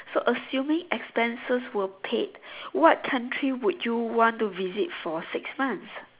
so assuming expenses were paid what country would you want to visit for six months